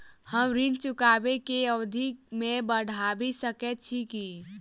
हम ऋण चुकाबै केँ अवधि केँ बढ़ाबी सकैत छी की?